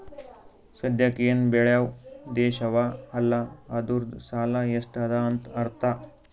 ಸದ್ಯಾಕ್ ಎನ್ ಬೇಳ್ಯವ್ ದೇಶ್ ಅವಾ ಅಲ್ಲ ಅದೂರ್ದು ಸಾಲಾ ಎಷ್ಟ ಅದಾ ಅಂತ್ ಅರ್ಥಾ